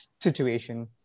situation